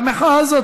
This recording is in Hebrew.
והמחאה הזאת,